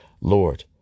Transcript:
Lord